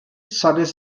sales